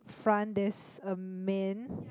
front there's a man